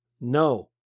No